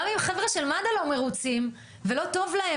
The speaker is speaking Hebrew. גם אם חבר'ה של מד"א לא מרוצים ולא טוב להם